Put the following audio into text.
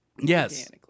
yes